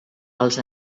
els